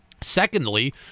Secondly